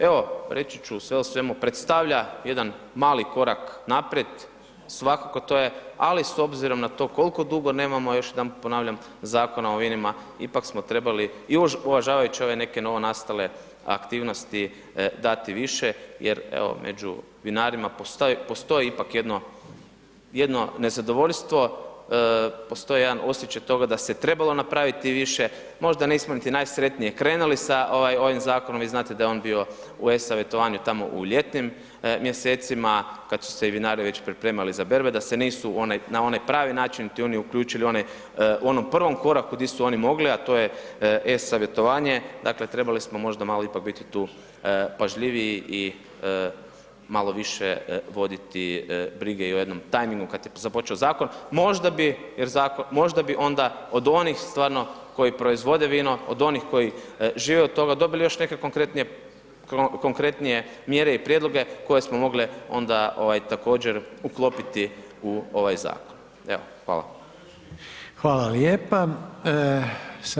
Evo, reći ću sve u svemu, predstavlja jedan mali korak naprijed, svakako to je, ali s obzirom na to koliko dugo nemamo, još jedanput ponavljam Zakona o vinima, ipak smo trebali i uvažavajući ove neke novonastale aktivnosti, dati više jer evo među vinarima postoji ipak jedno nezadovoljstvo, postoji jedan osjećaj toga da se trebalo napraviti više, možda nismo niti najsretnije krenuli sa ovim zakonom i znate da je on bio u e-savjetovanju, tamo u ljetnim mjesecima kad su se i vinari već pripremali za berbe, da se nisu na onaj pravi način niti oni uključili u onom prvom koraku gdje su oni mogli, a to je e-savjetovanje, dakle, trebali smo možda malo ipak biti tu pažljiviji i malo više voditi brige i o jednom tajmingu kad je započeo zakon, možda bi onda od onih stvarno koji proizvode vino, od onih koji žive od toga, dobili još nekakve konkretnije mjere i prijedloge koje smo mogle onda također uklopiti u ovaj zakon, evo, hvala.